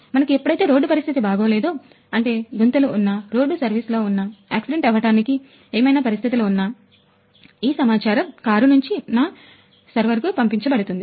మనకు ఎప్పుడైతే రోడ్డు పరిస్థితి బాగోలేదు బాగోలేదొ అంటే గుంతలు ఉన్నా రోడ్డు సర్వీస్ లో ఉన్నా ఆక్సిడెంట్ అవ్వటానికి ఏమైనా పరిస్థితులు ఉన్నా ఈ సమాచారం కారు నుంచి నా సర్వర్కు పంపించబడుతుంది